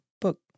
book